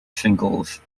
singles